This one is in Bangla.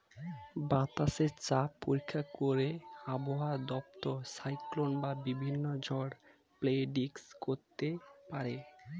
বাতাসে চাপ পরীক্ষা করে আবহাওয়া দপ্তর সাইক্লোন বা বিভিন্ন ঝড় প্রেডিক্ট করতে পারে